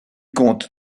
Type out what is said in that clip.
compte